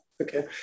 Okay